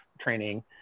training